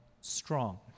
strong